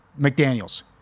McDaniels